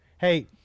Hey